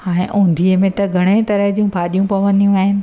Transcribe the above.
हाणे ओंधिए में त घणे ई तरह जूं भाॼियूं पवंदियूं आहिनि